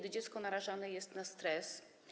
Dziecko narażane jest na stres.